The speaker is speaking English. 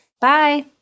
Bye